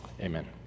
amen